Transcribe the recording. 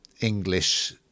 English